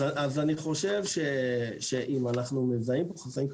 אז אני חושב שאם אנחנו מזהים בו חסמים,